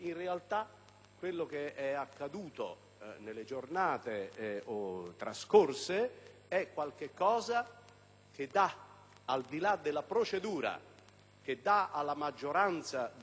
quello che è accaduto nelle giornate trascorse è qualcosa che, al di là della procedura, dà alla maggioranza di Governo